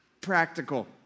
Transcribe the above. practical